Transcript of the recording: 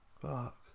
Fuck